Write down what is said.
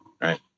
right